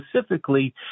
specifically